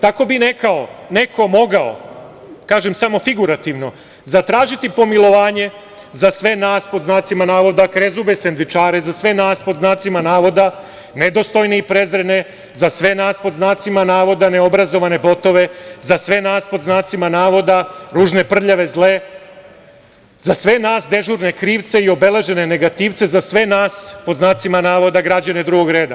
Tako bi neko mogao, kažem samo figurativno, zatražiti pomilovanje za sve nas, pod znacima navoda krezube sendvičare, za sve nas pod znacima navoda nedostojne i prezrene, za sve nas pod znacima navoda neobrazovane botove, za sve nas pod znacima navoda ružne, prljave, zle, za sve nas dežurne krivce i obeležene negativce, za sve nas pod znacima navoda građane drugog reda.